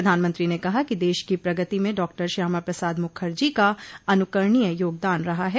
प्रधानमंत्री ने कहा कि देश की प्रगति में डॉक्टर श्यामा प्रसाद मुखर्जी का अनुकरणीय योगदान रहा है